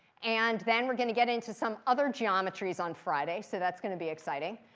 and then we're going to get into some other geometries on friday, so that's going to be exciting.